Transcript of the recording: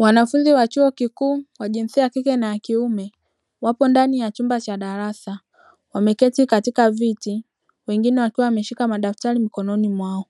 Wanafunzi wa chuo kikuu wa jinsia ya kike na ya kiume, wapo ndani ya chumba cha darasa, wameketi katika viti wengine wakiwa wameshika madaftari mkononi mwao,